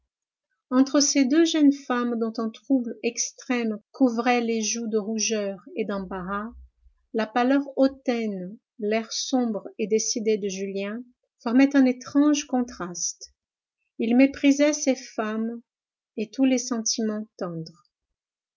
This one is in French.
entre ces deux femmes dont un trouble extrême couvrait les joues de rougeur et d'embarras la pâleur hautaine l'air sombre et décidé de julien formait un étrange contraste il méprisait ces femmes et tous les sentiments tendres